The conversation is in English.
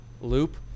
loop